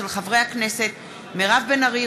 של חברי הכנסת מירב בן ארי,